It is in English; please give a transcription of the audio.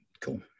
cool